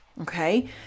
Okay